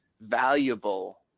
valuable